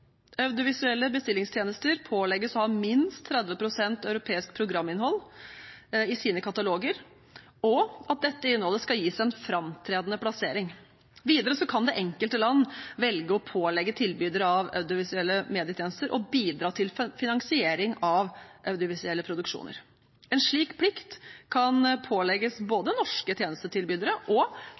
Audiovisuelle bestillingstjenester pålegges å ha minst 30 pst. europeisk programinnhold i sine kataloger, og at dette innholdet skal gis en framtredende plassering. Videre kan det enkelte land velge å pålegge tilbydere av audiovisuelle medietjenester å bidra til finansiering av audiovisuelle produksjoner. En slik plikt kan pålegges både norske tjenestetilbydere og